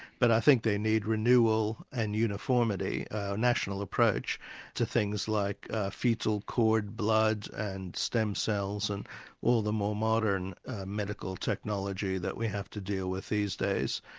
but i think they need renewal and uniformity, a national approach to things like foetal cord blood and stem cells and all the more modern medical technology that we have to deal with these days.